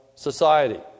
society